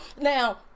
Now